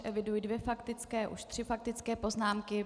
Eviduji dvě faktické, už tři faktické poznámky.